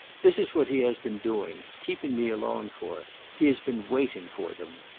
this is what he has been doing keeping me along for. he has been waiting for them.